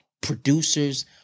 producers